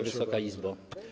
Wysoka Izbo!